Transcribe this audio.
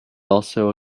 also